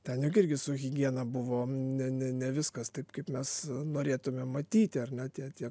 ten juk irgi su higiena buvo ne ne ne viskas taip kaip mes norėtume matyti ar ne tie tie